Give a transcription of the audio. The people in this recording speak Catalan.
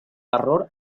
terror